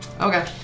Okay